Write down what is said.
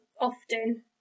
often